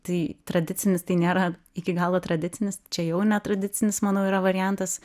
tai tradicinis tai nėra iki galo tradicinis čia jau netradicinis manau yra variantas